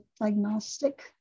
diagnostic